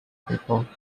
people